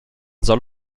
soll